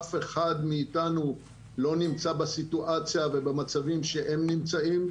אף אחד מאתנו לא נמצא בסיטואציה ובמצבים שהם נמצאים,